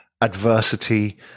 adversity